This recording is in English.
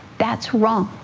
that's wrong.